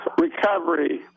recovery